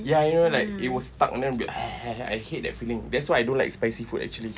ya you know like it will stuck then I will be I hate that feeling that's why I don't like spicy food actually